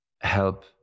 help